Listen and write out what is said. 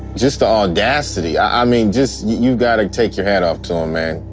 just the audacity i mean, just you gotta take your hat off to a man.